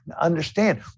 understand